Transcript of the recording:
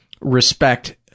Respect